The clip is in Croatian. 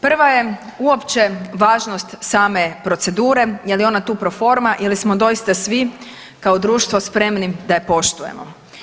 Prva je uopće važnost same procedure, je li ona tu proforma ili smo doista svi kao društvo spremni da je poštujemo.